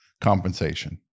compensation